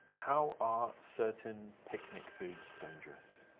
how are certain picnic foods dangerous?